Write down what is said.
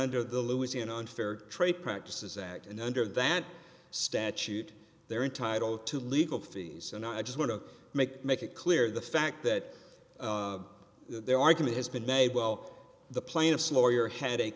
under the louisiana unfair trade practices act and under that statute they're entitled to legal fees and i just want to make make it clear the fact that their argument has been made well the plaintiff's lawyer had